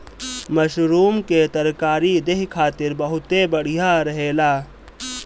mushroom के तरकारी देहि खातिर बहुते बढ़िया रहेला